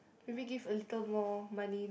maybe give a little more money